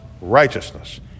righteousness